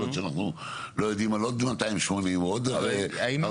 יכול להיות שאנחנו לא יודעים על עוד 280 או על עוד 400. האם